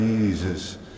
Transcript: Jesus